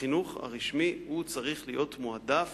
החינוך הרשמי צריך להיות מועדף.